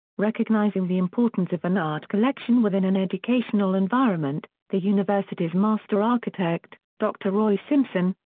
recognising the importance of an art collection within an educational environment, the university's master architect, dr roy simpson,